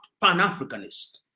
pan-Africanist